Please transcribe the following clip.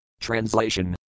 Translation